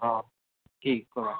অঁ কি কোৱা